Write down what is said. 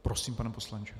Prosím, pane poslanče.